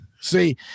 See